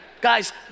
Guys